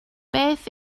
beth